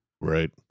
Right